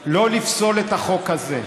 שלא לפסול את החוק הזה,